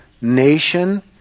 nation